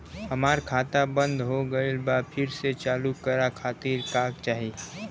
हमार खाता बंद हो गइल बा फिर से चालू करा खातिर का चाही?